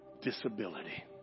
disability